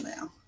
now